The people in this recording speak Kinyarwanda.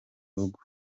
urugo